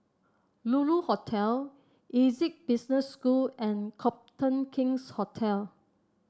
Lulu Hotel Essec Business School and Copthorne King's Hotel